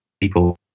people